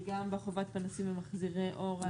וגם בחובת פנסים ומחזירי אור.